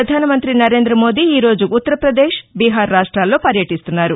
ప్రధాన మంతి నరేంద్ర మోదీ ఈరోజు ఉత్తర్వదేశ్ బీహార్ రాష్ట్రిల్లో పర్యటిస్తున్నారు